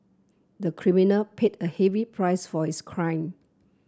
the criminal paid a heavy price for his crime